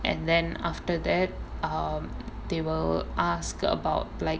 and then after that um they will ask about like